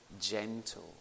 gentle